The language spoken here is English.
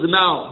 now